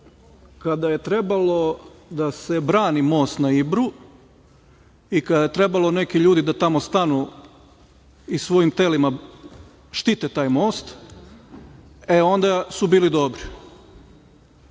kada je trebalo da se brani most na Ibru i kada je trebalo neki ljudi da tamo stanu i svojim telima štite taj most, e onda su bili dobri,